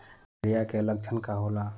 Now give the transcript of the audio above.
Diarrhoea के लक्षण का होला?